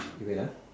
you wait ah